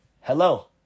Hello